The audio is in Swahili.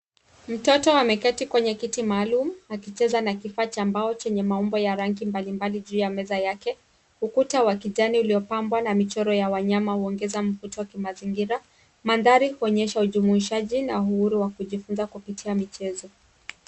Mtoto ameketi kwenye kiti maalum akicheza na kifaa cha mbao chenye maumbo ya rangi mbalimbali juu ya meza yake. Ukuta wa kijani uliopambwa na michoro ya wanyama huongeza mvuto wa kimazingira. Mandhari huonyesha ujumuishaji na uhuru wa kujifunza kupitia michezo.